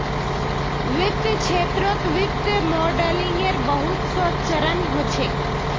वित्तीय क्षेत्रत वित्तीय मॉडलिंगेर बहुत स चरण ह छेक